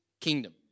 kingdom